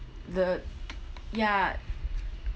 the ya